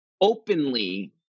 openly